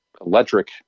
electric